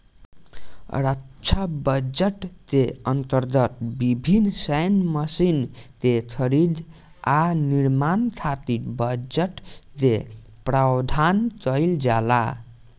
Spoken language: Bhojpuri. रक्षा बजट के अंतर्गत विभिन्न सैन्य मशीन के खरीद आ निर्माण खातिर बजट के प्रावधान काईल जाला